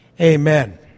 Amen